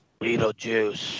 Beetlejuice